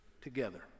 together